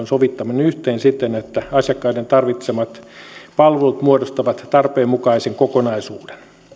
sovittaminen yhteen siten että asiakkaiden tarvitsemat palvelut muodostavat tarpeenmukaisen kokonaisuuden